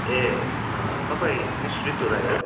ए अँ तपाईँ मिस रितु राई हो